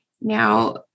Now